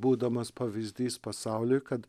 būdamas pavyzdys pasauliui kad